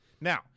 Now